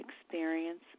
experience